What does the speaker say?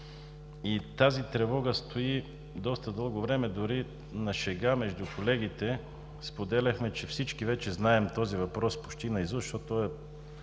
Тази тревога стои доста дълго време. Дори на шега между колегите споделяхме, че всички вече знаем този въпрос почти наизуст, защото